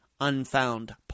unfound